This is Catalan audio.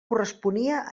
corresponia